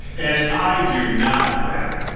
and i do not rap.